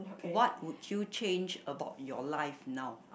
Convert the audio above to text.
what would you change about your life now